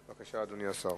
בבקעת-הירדן.